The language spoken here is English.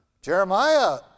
Jeremiah